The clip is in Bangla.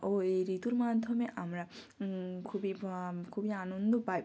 ওই ঋতুর মাধ্যমে আমরা খুবই খুবই আনন্দ পাই